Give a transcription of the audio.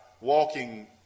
walking